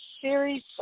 series